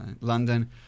london